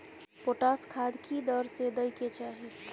Potash खाद की दर से दै के चाही?